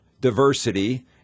diversity